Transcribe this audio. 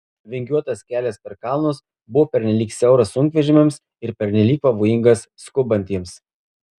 vingiuotas kelias per kalnus buvo pernelyg siauras sunkvežimiams ir pernelyg pavojingas skubantiems